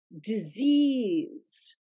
disease